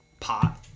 pot